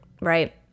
right